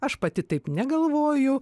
aš pati taip negalvoju